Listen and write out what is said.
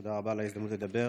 תודה רבה על ההזדמנות לדבר.